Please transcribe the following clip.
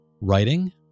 writing